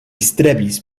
strebis